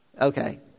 Okay